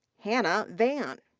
hannah van.